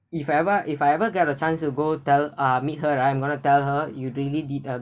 if I ever if I ever get a chance to go tell uh meet her I'm going to tell her you really did a